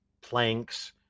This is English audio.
planks